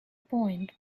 point